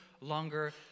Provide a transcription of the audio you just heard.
longer